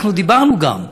אנחנו דיברנו גם,